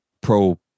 pro